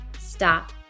stop